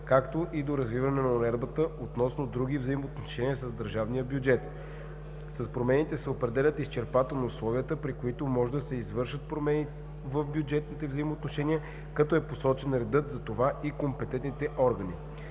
както и доразвиване на уредбата относно други взаимоотношения с държавния бюджет. С промените се определят изчерпателно условията, при които може да се извършват промени в бюджетните взаимоотношения, като е посочен редът за това и компетентните органи.